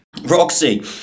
Roxy